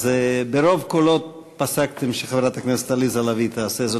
אז ברוב קולות פסקתם שחברת הכנסת עליזה לביא תעשה זאת.